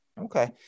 Okay